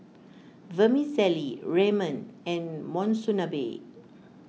Vermicelli Ramen and Monsunabe